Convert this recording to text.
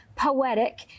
poetic